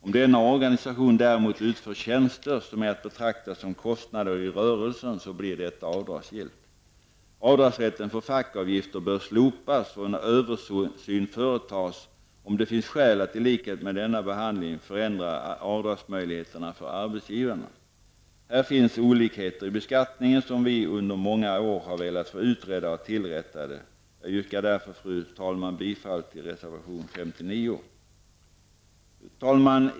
Om denna organisation däremot utför tjänster som är att betrakta som kostnader i rörelsen blir detta avdragsgillt. Avdragsrätten för fackavgifter bör slopas och en översyn företas för att undersöka om det finns skäl att i likhet med denna behandling förändra avdragsmöjligheterna för arbetsgivarna. Här finns olikheter i beskattningen som vi under många år har velat få utredda och tillrättade. Jag yrkar därför, fru talman, bifall till reservation 59. Fru talman!